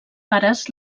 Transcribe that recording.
pares